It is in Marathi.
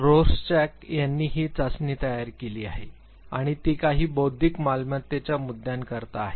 रोर्सचॅक यांनी ही चाचणी तयार केली आहे आणि ती काही बौद्धिक मालमत्तेच्या मुद्द्यांकरिता आहे